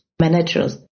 managers